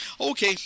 Okay